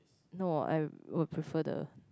no I would prefer the